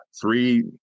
three